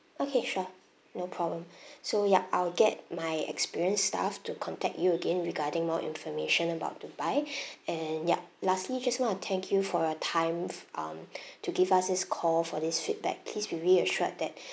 okay sure no problem so ya I'll get my experienced staff to contact you again regarding more information about dubai and yup lastly just want to thank you for your time um to give us this call for this feedback please be reassured that